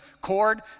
cord